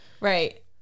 Right